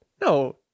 No